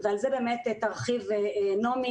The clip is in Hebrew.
ועל זה באמת תרחיב נעמי,